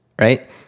right